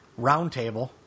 roundtable